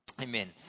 Amen